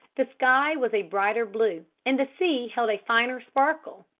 the sky was a brighter blue and the sea held a finer sparkle,